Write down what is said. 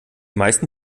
meisten